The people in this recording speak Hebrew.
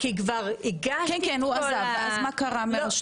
לא קיבלתי